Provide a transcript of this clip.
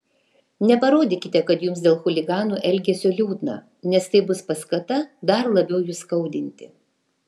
neparodykite kad jums dėl chuliganų elgesio liūdna nes tai bus paskata dar labiau jus skaudinti